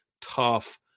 tough